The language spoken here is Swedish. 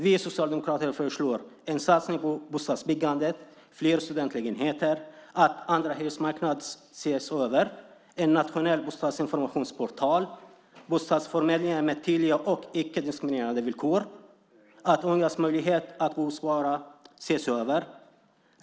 Vi socialdemokrater föreslår en satsning på bostadsbyggande, fler studentlägenheter, en översyn av andrahandsmarknaden, en nationell bostadsinformationsportal, bostadsförmedlingar med tydliga och icke-diskriminerande villkor och en översyn av ungas möjligheter att bospara.